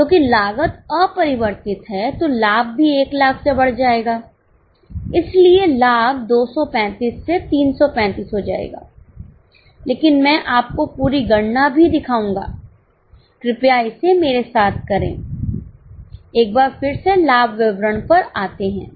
क्योंकि लागत अपरिवर्तित है तो लाभ भी 100000 से बढ़ जाएगा इसलिए लाभ 235 से 335 हो जाएगा लेकिन मैं आपको पूरी गणना भी दिखाऊंगा कृपया इसे मेरे साथ करें एक बार फिर से लाभ विवरण पर आते हैं